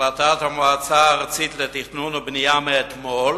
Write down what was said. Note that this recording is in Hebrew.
החלטת המועצה הארצית לתכנון ובנייה מאתמול